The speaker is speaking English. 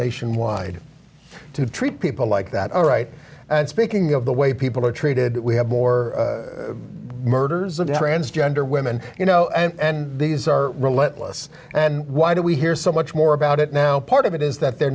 nationwide to treat people like that all right and speaking of the way people are treated we have more murders of transgender women you know and these are relentless and why do we hear so much more about it now part of it is that they're